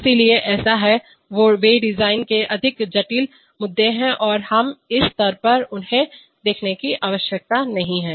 इसलिए ऐसे हैं वे डिजाइन के अधिक जटिल मुद्दे हैं और हमें इस स्तर पर उन्हें देखने की आवश्यकता नहीं है